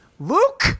Luke